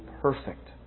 perfect